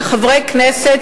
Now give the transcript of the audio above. כחברי הכנסת,